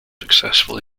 successful